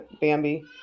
bambi